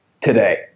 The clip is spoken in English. today